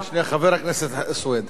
שנייה, שנייה, חבר הכנסת סוייד.